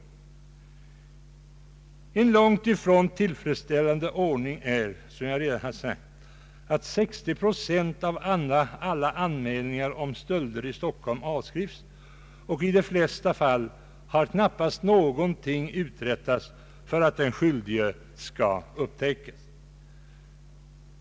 Det är en långt ifrån tillfredsställande ordning, som jag redan har sagt, att 60 procent av alla anmälningar om stölder i Stockholm avskrivs. I de flesta fall har knappast nå gonting uträttats för att den skyldige skall upptäckas.